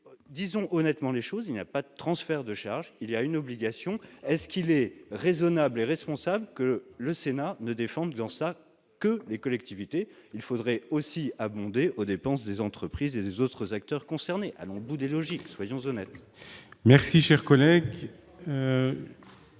disons honnêtement les choses : il n'y a pas de transfert de charges, il y a une obligation. Est-il raisonnable et responsable que le Sénat ne défende sur ce point que les collectivités ? Il faudrait aussi abonder aux dépenses des entreprises et des autres acteurs concernés. Allons au bout de notre logique, soyons honnêtes ! Je mets aux